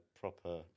proper